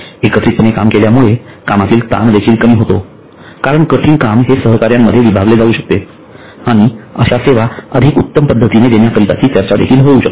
एकत्रितपणे काम केल्यामुळे कामातील ताण देखील कमी होतो कारण कठीण काम हे सहकाऱ्यांमध्ये विभागले जावू शकते आणि अश्या सेवा अधिक उत्तम पद्धतीने देण्याकरिताची चर्चा होऊ शकते